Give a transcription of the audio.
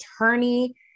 attorney